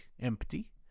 Empty